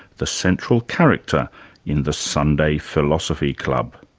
the central character in the sunday philosophy club.